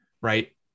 right